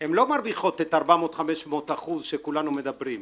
הן לא מרוויחות את 400%-500% שכולנו מדברים עליו.